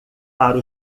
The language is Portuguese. para